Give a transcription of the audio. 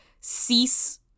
cease